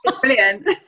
Brilliant